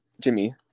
Jimmy